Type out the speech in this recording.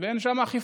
ואין שם אכיפה.